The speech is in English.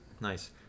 Nice